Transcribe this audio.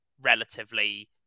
relatively